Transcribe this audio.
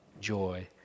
joy